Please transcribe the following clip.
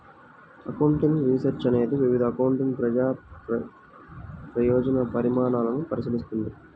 accounting research అనేది వివిధ accounting ప్రజా ప్రయోజన పరిణామాలను పరిశీలిస్తుంది